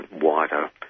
wider